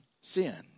sin